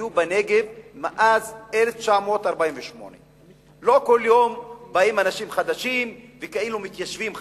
היו בנגב מאז 1948. לא כל יום באים אנשים חדשים וכאילו מתיישבים חדשים.